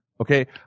Okay